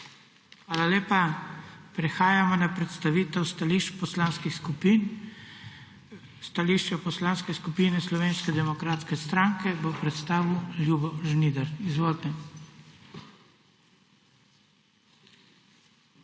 Hvala lepa. Prehajamo na predstavitev stališč poslanskih skupin. Stališče Poslanske skupine Slovenske demokratske stranke bo predstavil Ljubo Žnidar. Izvolite. **LJUBO